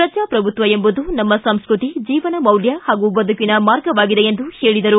ಪ್ರಜಾಪ್ರಭುತ್ತ ಎಂಬುದು ನಮ್ಮ ಸಂಸ್ಕೃತಿ ಜೀವನ ಮೌಲ್ಯ ಹಾಗೂ ಬದುಕಿನ ಮಾರ್ಗವಾಗಿದೆ ಎಂದು ಹೇಳಿದರು